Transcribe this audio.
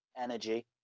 energy